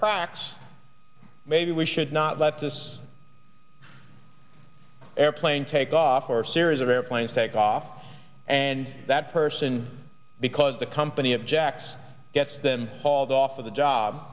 cracks maybe we should not let this airplane take off our series of airplanes take off and that person because the company objects gets them hauled off of the job